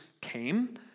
came